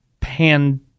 pan